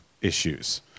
issues